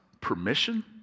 permission